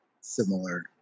similar